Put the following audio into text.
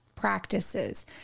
Practices